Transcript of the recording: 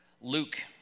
Luke